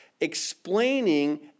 explaining